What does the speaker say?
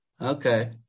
Okay